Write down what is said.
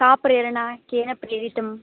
का प्रेरणा केन प्रेरितम्